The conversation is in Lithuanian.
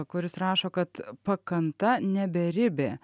kuris rašo kad pakanta ne beribė